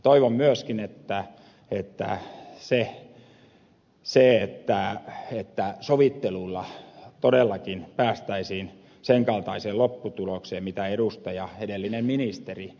toivon myöskin että se että sovittelulla todellakin päästäisiin sen kaltaiseen lopputulokseen kuin edellinen ministeri ed